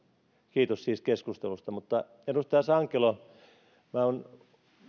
kiitos siis keskustelusta edustaja sankelo olen